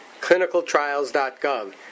clinicaltrials.gov